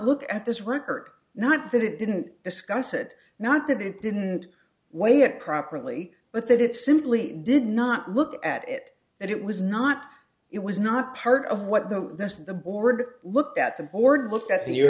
look at this record not that it didn't discuss it not that it didn't weigh it properly but that it simply did not look at it that it was not it was not part of what the rest of the board looked at the board looked at that you